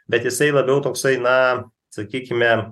bet jisai labiau toksai na sakykime